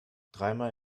dreimal